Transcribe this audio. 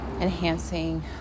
...enhancing